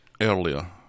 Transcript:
earlier